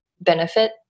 benefit